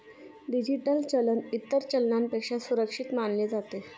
digital चलन इतर चलनापेक्षा सुरक्षित मानले जाते